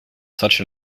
such